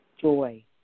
joy